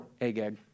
Agag